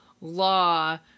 law